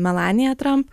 melanija tramp